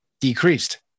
decreased